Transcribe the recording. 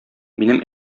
минем